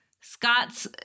Scott's